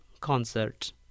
concert